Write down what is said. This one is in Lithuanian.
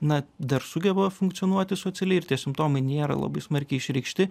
na dar sugeba funkcionuoti socialiai ir tie simptomai nėra labai smarkiai išreikšti